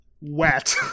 wet